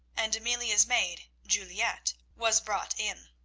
and amelia's maid, juliette, was brought in.